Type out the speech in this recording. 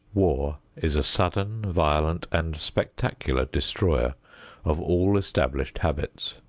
war is a sudden, violent and spectacular destroyer of all established habits.